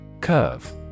Curve